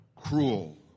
cruel